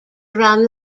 around